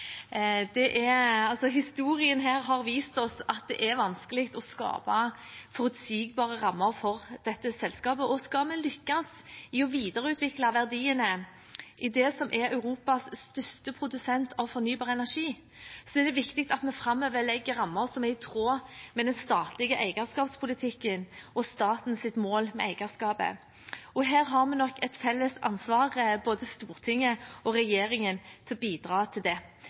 Historien her har vist oss at det er vanskelig å skape forutsigbare rammer for dette selskapet, og skal vi lykkes i å videreutvikle verdiene i det som er Europas største produsent av fornybar energi, er det viktig at vi framover legger rammer som er i tråd med den statlige eierskapspolitikken og statens mål med eierskapet. Her har vi nok et felles ansvar, både Stortinget og regjeringen, for å bidra til det.